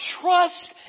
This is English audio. trust